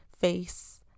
face